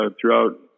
throughout